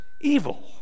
evil